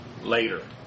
later